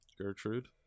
Gertrude